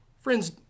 Friends